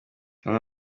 bamwe